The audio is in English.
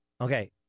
Okay